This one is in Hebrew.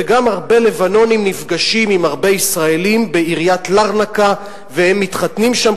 וגם הרבה לבנונים נפגשים עם הרבה ישראלים בעיריית לרנקה והם מתחתנים שם,